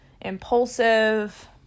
impulsive